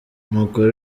nuko